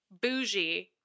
bougie